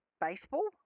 baseball